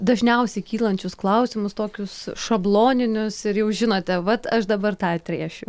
dažniausiai kylančius klausimus tokius šabloninius ir jau žinote vat aš dabar tą atrėšiu